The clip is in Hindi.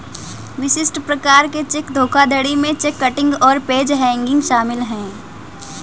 विशिष्ट प्रकार के चेक धोखाधड़ी में चेक किटिंग और पेज हैंगिंग शामिल हैं